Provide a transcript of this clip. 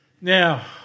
Now